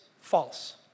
false